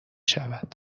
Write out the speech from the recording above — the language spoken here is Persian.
شود